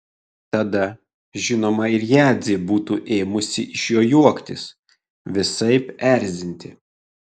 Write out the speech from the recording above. tada žinoma ir jadzė būtų ėmusi iš jo juoktis visaip erzinti